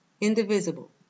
Indivisible